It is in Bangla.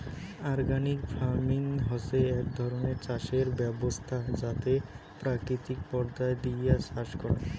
অর্গানিক ফার্মিং হসে এক ধরণের চাষের ব্যবছস্থা যাতে প্রাকৃতিক পদার্থ দিয়া চাষ করাং